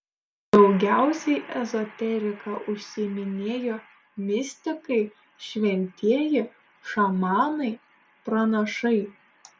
daugiausiai ezoterika užsiiminėjo mistikai šventieji šamanai pranašai